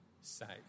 saved